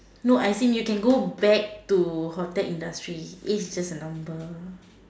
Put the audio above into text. no as in you can go back to hotel industry age is just a number